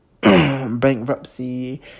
bankruptcy